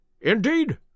Indeed